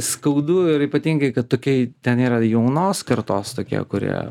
skaudu ir ypatingai kad tokie ten yra jaunos kartos tokie kurie